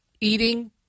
eating